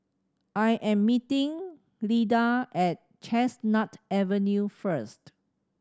I am meeting Leitha at Chestnut Avenue first